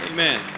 Amen